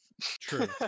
True